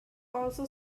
also